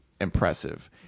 impressive